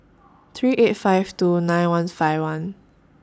three eight five two nine one five one